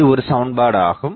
இது ஒரு சமன்பாடுஆகும்